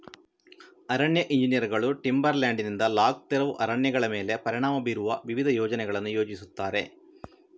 ಅರಣ್ಯ ಎಂಜಿನಿಯರುಗಳು ಟಿಂಬರ್ ಲ್ಯಾಂಡಿನಿಂದ ಲಾಗ್ ತೆರವು ಅರಣ್ಯಗಳ ಮೇಲೆ ಪರಿಣಾಮ ಬೀರುವ ವಿವಿಧ ಯೋಜನೆಗಳನ್ನು ಯೋಜಿಸುತ್ತಾರೆ